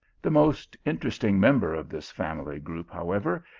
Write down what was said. the most interesting member of this family group, however,